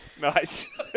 nice